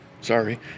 sorry